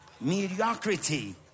mediocrity